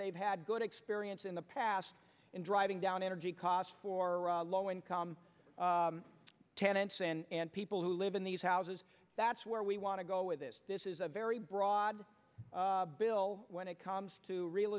they've had good experience in the past in driving down energy costs for low income tenants and people who live in these houses that's where we want to go with this this is a very broad bill when it comes to real